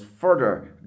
further